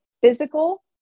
physical